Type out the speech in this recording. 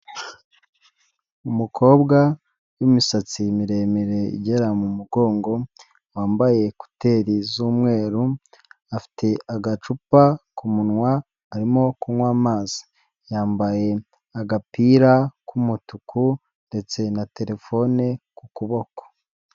Umukobwa w'imisatsi miremire igera mu mugongo, wambaye ekuteri z'umweru afite agacupa ku munwa arimo kunywa amazi, yambaye agapira k'umutuku ndetse na terefone ku kuboko.